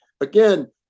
again